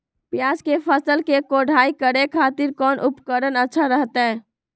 प्याज के फसल के कोढ़ाई करे खातिर कौन उपकरण अच्छा रहतय?